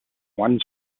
one